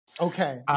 Okay